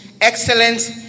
excellence